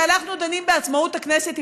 כשאנחנו דנים בעצמאות הכנסת,